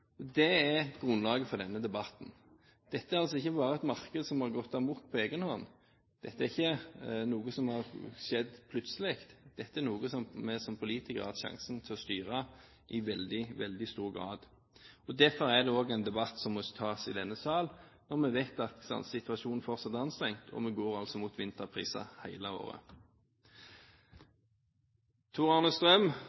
meste.» Det er grunnlaget for denne debatten. Dette er altså ikke bare et marked som har gått amok på egen hånd. Dette er ikke noe som har skjedd plutselig; dette er noe som vi som politikere har hatt sjansen til å styre i veldig, veldig stor grad. Derfor er det også en debatt som må tas i denne sal, når vi vet at kraftsituasjonen fortsatt er anstrengt og vi går mot vinterpriser hele året.